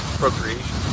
procreation